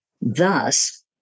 Thus